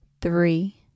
three